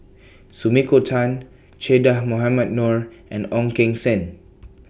Sumiko Tan Che Dah Mohamed Noor and Ong Keng Sen